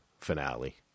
finale